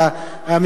כי